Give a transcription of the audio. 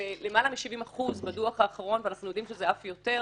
ולמעלה מ-70% בדוח האחרון ואנחנו יודעים שזה אף יותר,